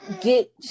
get